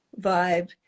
vibe